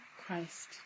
Christ